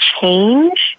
change